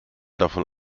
davon